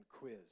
quiz